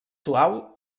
suau